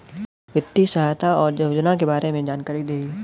वित्तीय सहायता और योजना के बारे में जानकारी देही?